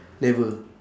never